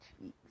cheeks